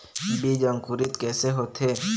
बीज अंकुरित कैसे होथे?